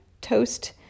toast